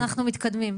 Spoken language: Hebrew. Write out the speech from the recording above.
אנחנו מתקדמים,